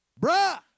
bruh